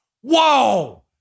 Whoa